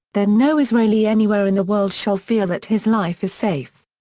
then no israeli anywhere in the world shall feel that his life is safe.